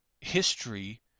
history